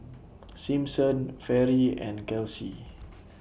Simpson Fairy and Kelsey